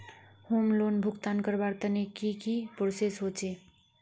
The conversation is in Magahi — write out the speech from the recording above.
होम लोन भुगतान करवार तने की की प्रोसेस होचे?